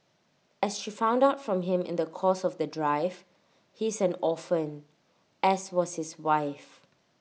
as she found out from him in the course of the drive he is an orphan as was his wife